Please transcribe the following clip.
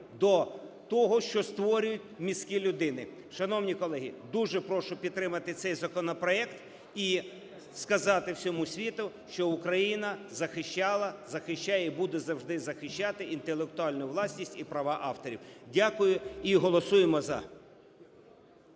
до того, що створюють мізки людини. Шановні колеги, дуже прошу підтримати цей законопроект і сказати всьому світу, що Україна захищала, захищає і буде завжди захищати інтелектуальну власність і права авторів. Дякую. І голосуємо "за".